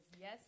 Yes